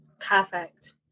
perfect